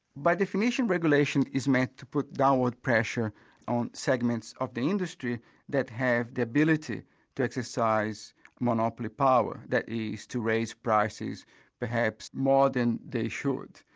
by definition regulation is meant to put downward pressure of um segments of the industry that have the ability to exercise monopoly power, that is, to raise prices perhaps more than they should.